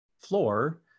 floor